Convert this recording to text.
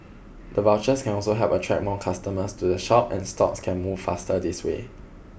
the vouchers can also help attract more customers to the shop and stocks can move faster this way